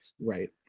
Right